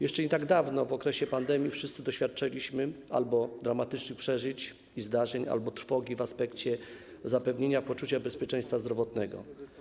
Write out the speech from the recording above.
Jeszcze nie tak dawno w okresie pandemii wszyscy doświadczyliśmy albo dramatycznych przeżyć i zdarzeń, albo trwogi w aspekcie zapewnienia poczucia bezpieczeństwa zdrowotnego.